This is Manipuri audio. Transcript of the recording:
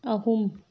ꯑꯍꯨꯝ